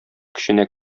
көченә